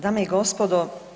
Dame i gospodo.